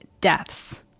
deaths